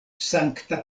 sankta